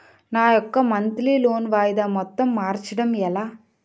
నా యెక్క monthly loan వాయిదా మొత్తం మార్చడం ఎలా?